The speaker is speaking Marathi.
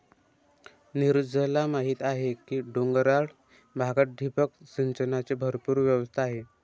नीरजला माहीत आहे की डोंगराळ भागात ठिबक सिंचनाची भरपूर व्यवस्था आहे